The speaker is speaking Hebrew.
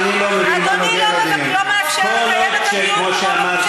אדוני היושב-ראש, אני מבקשת הצעה לסדר.